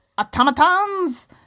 automatons